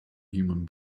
human